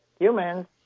humans